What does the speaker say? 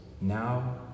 now